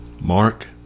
Mark